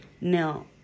Now